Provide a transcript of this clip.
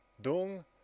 Dung